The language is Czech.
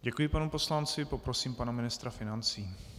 Děkuji panu poslanci, poprosím pana ministra financí.